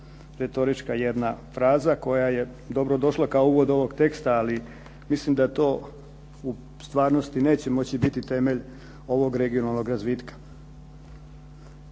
retorička fraza koja je dobrodošla kao uvod ovog teksta. Ali mislim da to u stvarnosti neće moći biti temelj ovog regionalnog razvitka.